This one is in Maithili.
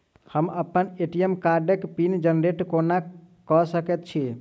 हम अप्पन ए.टी.एम कार्डक पिन जेनरेट कोना कऽ सकैत छी?